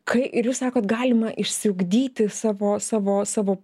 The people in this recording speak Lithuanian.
kai ir jūs sakot galima išsiugdyti savo savo savo